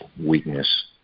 weakness